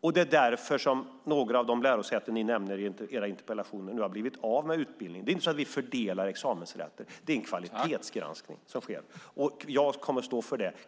och det är därför som de lärosäten ni nämner i era interpellationer har blivit av med utbildning. Det är inte så att vi fördelar examensrätter. Det är en kvalitetsgranskning som sker. Jag kommer att stå för det.